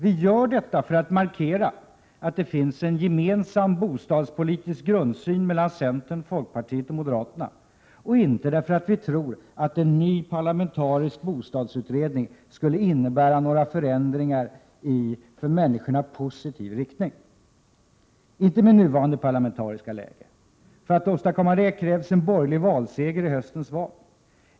Vi gör detta för att markera att det finns en gemensam bostadspolitisk grundsyn mellan centern, folkpartiet och moderaterna, och inte därför att vi tror att en ny parlamentarisk bostadsutredning skulle innebära några förändringar i för människorna positiv riktning. Sådana kan inte åstadkommas i nuvarande parlamentariska läge. Härför krävs en borgerlig valseger i höstens val.